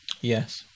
Yes